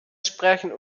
sprechen